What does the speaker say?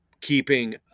keeping